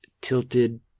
tilted